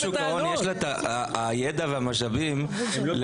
רשות שוק ההון יש לה את הידע והמשאבים לקבל,